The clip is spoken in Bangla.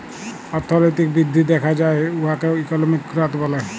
অথ্থলৈতিক বিধ্ধি দ্যাখা যায় উয়াকে ইকলমিক গ্রথ ব্যলে